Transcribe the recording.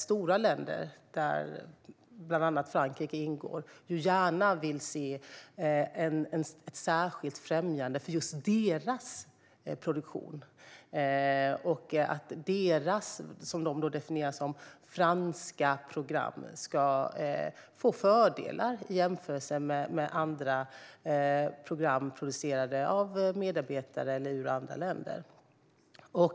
Stora länder, bland annat Frankrike, vill gärna se ett särskilt främjande av just sin egen produktion. Deras, enligt deras definition, franska program ska få fördelar i jämförelse med andra program producerade i andra länder eller med medarbetare från andra länder.